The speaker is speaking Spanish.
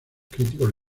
críticos